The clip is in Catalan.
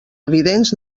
evidents